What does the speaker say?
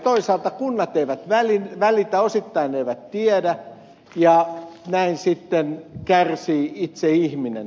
toisaalta kunnat eivät välitä osittain eivät tiedä ja näin sitten kärsii itse ihminen